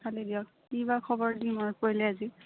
ভালে দিয়ক আজি